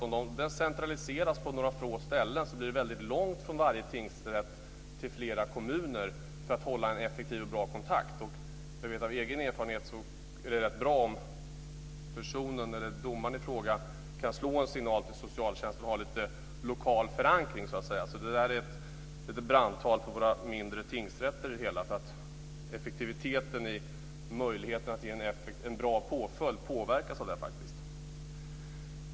Om de centraliseras på några få ställen blir det väldigt långt från varje tingsrätt till flera kommuner och svårt att hålla en effektiv och bra kontakt. Jag vet av egen erfarenhet att det är rätt bra om domaren i fråga kan slå en signal till socialtjänsten och ha lite lokal förankring. Det är ett brandtal för våra mindre tingsrätter, därför att effektiviteten och möjligheten att ge en bra påföljd påverkas av det.